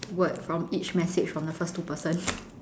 word from each message from the first two person